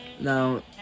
now